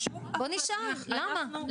בואו נשאל, למה?